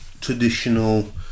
traditional